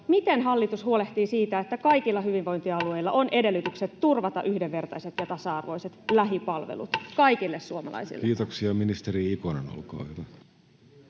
miten hallitus huolehtii siitä, että kaikilla hyvinvointialueilla on edellytykset turvata yhdenvertaiset ja tasa-arvoiset lähipalvelut kaikille suomalaisille? [Speech 53] Speaker: Jussi Halla-aho